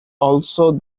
also